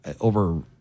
Over